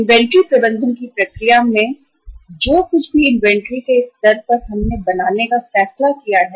inventory प्रबंधन की प्रक्रिया में अब हम इस सवाल पर आते हैं इन्वेंट्री को फंड करना जो कुछ भी इन्वेंट्री के स्तर पर हमने बनाने का फैसला किया है